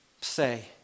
say